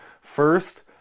First